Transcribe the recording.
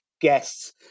guests